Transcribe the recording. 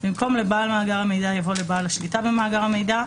אבל אנחנו כצוות מקצועי באים לסייע בהקשר הזה.